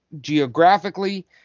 geographically